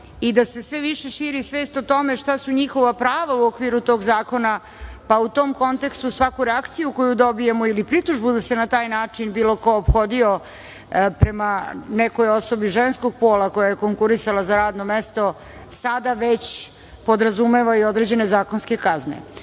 i da se sve više širi svest o tome šta su njihova prava u okviru tog zakona, pa u tom kontekstu svaku reakciju koju dobijemo ili pritužbu da se na taj način bilo ko ophodio prema nekoj osobi ženskog pola koja je konkurisala za radno mesto, sada već podrazumeva i određene zakonske